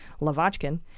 Lavochkin